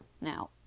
Now